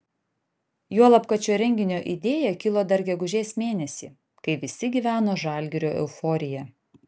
juolab kad šio renginio idėja kilo dar gegužės mėnesį kai visi gyveno žalgirio euforija